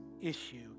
issue